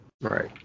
right